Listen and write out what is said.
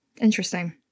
Interesting